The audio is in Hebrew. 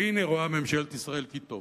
והנה רואה ממשלת ישראל כי טוב,